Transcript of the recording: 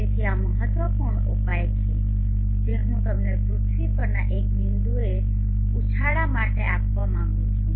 તેથી આ મહત્વપૂર્ણ ઉપાય છે જે હું તમને પૃથ્વી પરના એક બિંદુએ ઉછાળા માટે આપવા માંગુ છું